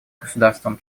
государствам